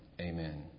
Amen